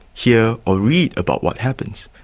hear or read about what happens,